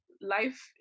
life